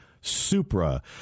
supra